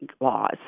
Laws